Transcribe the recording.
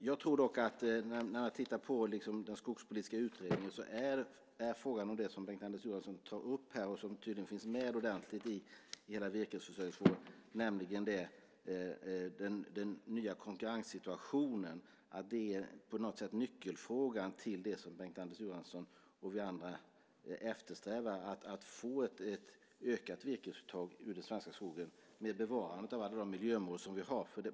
När man tittar på den skogspolitiska utredningen är nyckelfrågan, vilket är det som Bengt-Anders Johansson tar upp och som tydligen finns med ordentligt i hela virkesproduktionen, den nya konkurrenssituationen till det som Bengt-Anders Johansson och vi andra eftersträvar, nämligen ett ökat virkesuttag ur den svenska skogen med bevarandet av alla miljömål.